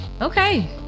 Okay